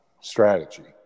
strategy